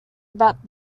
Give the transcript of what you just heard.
about